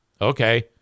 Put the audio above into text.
Okay